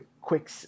quick –